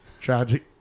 tragic